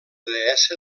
deessa